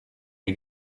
der